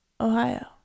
Ohio